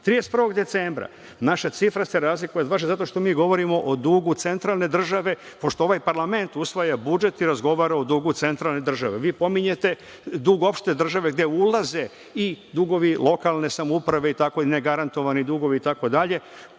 31. decembra naša cifra se razlikuje baš zato što mi govorimo o dugu centralne države, pošto ovaj parlament usvaja budžet i razgovara o dugu centralne države, a vi pominjete dug opšte države gde ulaze i dugovi lokalne samouprave i negarantovani dugovi itd. Lako je